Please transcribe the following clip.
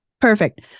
Perfect